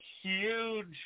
huge